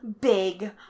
Big